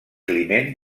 climent